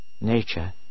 Nature